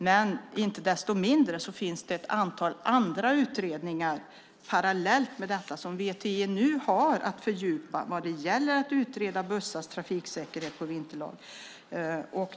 Men icke desto mindre finns det ett antal andra utredningar parallellt med detta som VTI nu har att fördjupa vad gäller bussars trafiksäkerhet på vinterväglag.